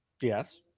Yes